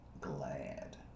glad